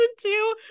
two